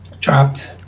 Dropped